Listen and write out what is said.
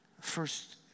First